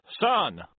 son